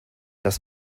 das